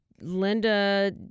Linda